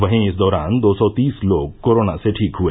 वहीं इस दौरान दो सौ तीस लोग कोरोना से ठीक हुए